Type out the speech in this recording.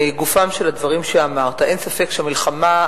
לגופם של הדברים שאמרת: אין ספק שהמאבק